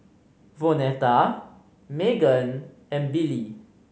Vonetta Meghan and Billie